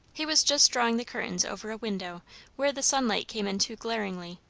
he was just drawing the curtains over a window where the sunlight came in too glaringly.